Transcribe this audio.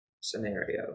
scenario